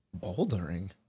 Bouldering